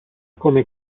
come